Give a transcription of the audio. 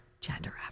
Gender